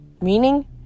Meaning